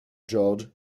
george